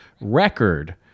record